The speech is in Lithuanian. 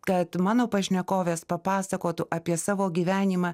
kad mano pašnekovės papasakotų apie savo gyvenimą